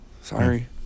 Sorry